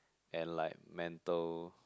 and like mental